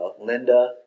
Linda